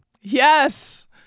Yes